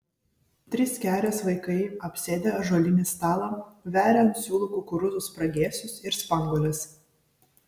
trys kerės vaikai apsėdę ąžuolinį stalą veria ant siūlų kukurūzų spragėsius ir spanguoles